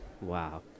wow